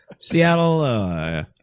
Seattle